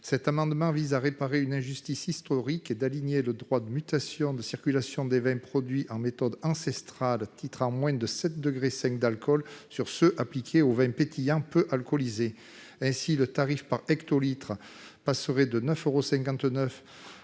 Cet amendement vise à réparer une injustice historique et à aligner les droits de mutation et de circulation des vins produits en méthode ancestrale, titrant moins de 7,5 degrés d'alcool, sur ceux qui s'appliquent aux vins pétillants peu alcoolisés. Ainsi, le tarif par hectolitre passerait de 9,59 euros